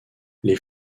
les